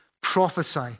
prophesy